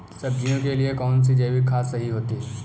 सब्जियों के लिए कौन सी जैविक खाद सही होती है?